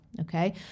Okay